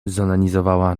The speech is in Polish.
zaonanizowała